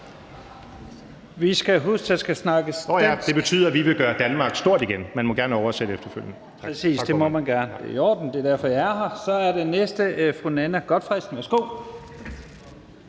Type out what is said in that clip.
dansk. (Morten Messerschmidt (DF): Nå ja, det betyder, at vi vil gøre Danmark stort igen. Man må gerne oversætte efterfølgende). Præcis, det må man gerne. Det er i orden. Det er derfor, jeg er her. Så er det fru Monika Rubin. Kl.